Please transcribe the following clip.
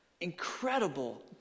Incredible